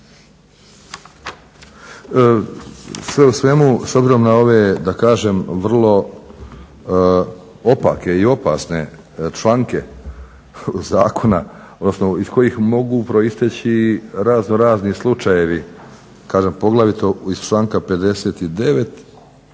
Sve u svemu s obzirom na ove da kažem vrlo opake i opasne članke zakona, odnosno iz kojih mogu proisteći raznorazni slučajevi kažem poglavito iz članka 59.